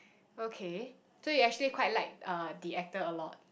okay so you actually quite like uh the actor a lot